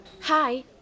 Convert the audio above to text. Hi